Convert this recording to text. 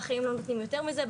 בחיים לא נותנים יותר מזה,